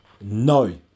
no